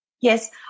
Yes